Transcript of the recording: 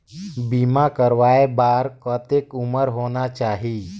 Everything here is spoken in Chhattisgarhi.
बीमा करवाय बार कतेक उम्र होना चाही?